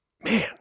Man